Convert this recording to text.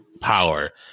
power